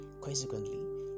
Consequently